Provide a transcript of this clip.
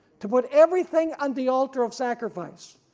to put everything on the altar of sacrifice,